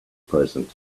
present